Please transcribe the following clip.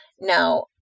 Now